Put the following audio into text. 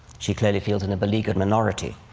she clearly feels in a beleaguered minority.